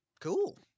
Cool